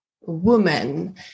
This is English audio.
woman